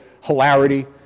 hilarity